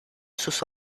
sus